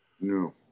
no